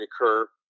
occur